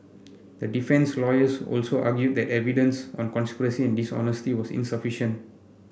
the defence lawyers also argued that the evidence on conspiracy and dishonesty was insufficient